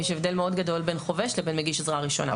יש הבדל מאוד גדול בין חובש לבין מגיש עזרה ראשונה.